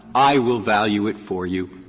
i will value it for you.